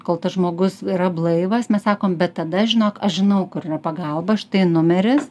kol tas žmogus yra blaivas mes sakom bet tada žinok aš žinau kur yra pagalba štai numeris